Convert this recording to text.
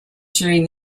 during